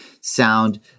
sound